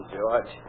George